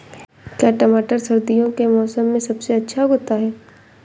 क्या टमाटर सर्दियों के मौसम में सबसे अच्छा उगता है?